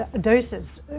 doses